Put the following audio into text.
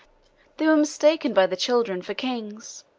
they were mistaken by the children for kings.